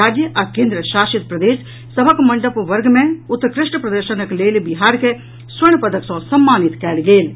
राज्य आ केन्द्र शासित प्रदेश सभक मंडप वर्ग मे उत्कृष्ट प्रदर्शनक लेल बिहार के स्वर्ण पदक सॅ सम्मानित कयल गेल अछि